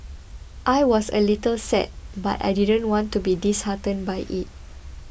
I was a little sad but I didn't want to be disheartened by it